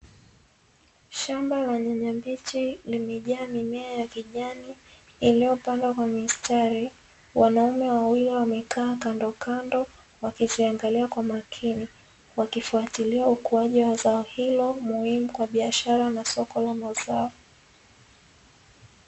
Shamba la nyanya mbichi limejaa mimea ya kijani iliyopandwa kwa mistari, wanaume wawili wamekaa kando kando wakiziangalia kwa makini wakifuatilia ukuaji wa zao hilo muhimu kwa biashara na soko la mazao.